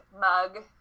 mug